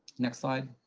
next slide.